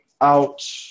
out